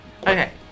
Okay